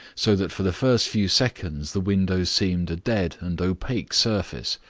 so that for the first few seconds the window seemed a dead and opaque surface,